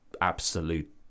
absolute